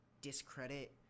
discredit